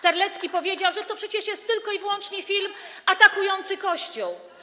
Terlecki powiedział, że przecież jest to tylko i wyłącznie film atakujący Kościół.